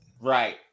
right